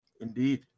Indeed